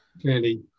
clearly